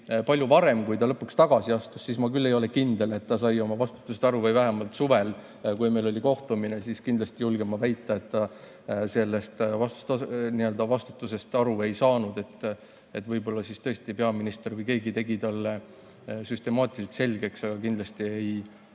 palju varem, kui ta lõpuks tagasi astus, ma küll ei ole kindel, et ta sai oma vastutusest aru. Või vähemalt suvel, kui meil oli kohtumine, siis kindlasti julgen ma väita, et ta sellest vastutusest aru ei saanud. Võib-olla tõesti peaminister või keegi tegi talle süstemaatiliselt selgeks [selle], aga kindlasti ei